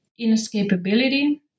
inescapability